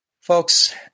Folks